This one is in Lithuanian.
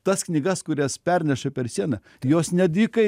tas knygas kurias perneša per sieną jos ne dykai